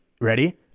ready